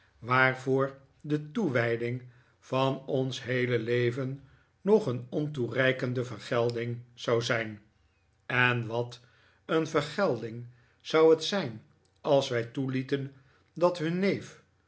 waarvoor de toewijding van ons heele leven nog een ontoereikende vergelding zou zijn en wat een vergelding zou het zijn als wij toelieten dat hun neef